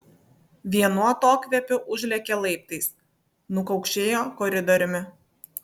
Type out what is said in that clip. vienu atokvėpiu užlėkė laiptais nukaukšėjo koridoriumi